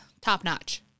top-notch